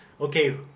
okay